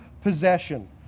possession